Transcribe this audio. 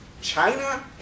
China